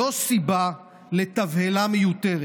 לא סיבה לתבהלה מיותרת.